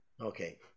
Okay